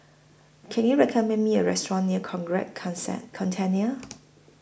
Can YOU recommend Me A Restaurant near Consent Centennial